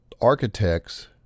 architects